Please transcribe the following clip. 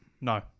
No